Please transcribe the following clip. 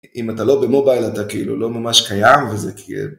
אם אתה לא במובייל אתה כאילו, לא ממש קיים וזה כאילו.